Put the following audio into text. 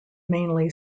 mainly